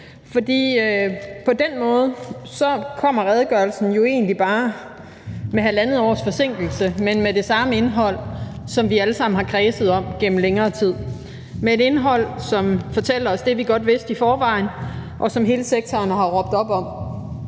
På den måde kommer redegørelsen jo egentlig bare med halvandet års forsinkelse, men med det samme indhold, som vi alle sammen har kredset om gennem længere tid, og med et indhold, der fortæller os det, vi godt vidste i forvejen, og som hele sektoren har råbt op om